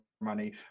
money